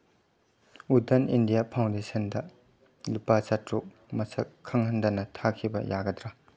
ꯎꯗꯟ India ꯐꯥꯎꯟꯗꯦꯁꯟꯗ ꯂꯨꯄꯥ ꯆꯥꯇ꯭ꯔꯨꯛ ꯃꯁꯛ ꯈꯪꯍꯟꯗꯅ ꯊꯥꯈꯤꯕ ꯌꯥꯒꯗ꯭ꯔꯥ